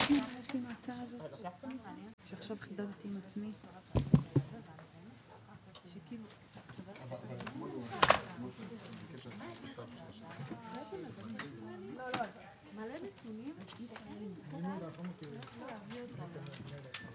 הישיבה ננעלה בשעה 11:01.